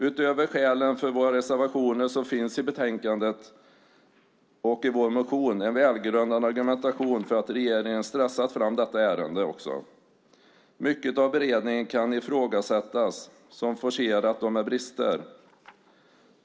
Utöver skälen för våra reservationer finns i betänkandet och i vår motion en välgrundad argumentation för att regeringen stressat fram detta ärende också. Mycket av beredningen kan ifrågasättas som forcerat och med brister.